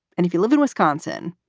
and if you live in wisconsin,